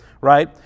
Right